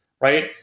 right